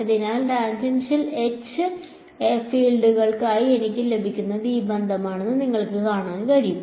അതിനാൽ tangential H ഫീൽഡുകൾക്കായി എനിക്ക് ലഭിക്കുന്നത് ഈ ബന്ധമാണെന്ന് നിങ്ങൾക്ക് കാണാൻ കഴിയും